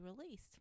released